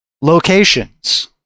locations